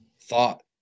thought